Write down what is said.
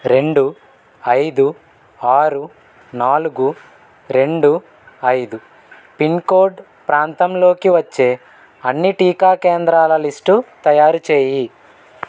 రెండు ఐదు ఆరు నాలుగు రెండు ఐదు పిన్కోడ్ ప్రాంతంలోకి వచ్చే అన్ని టీకా కేంద్రాల లిస్టు తయారు చెయ్యి